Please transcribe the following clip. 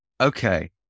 Okay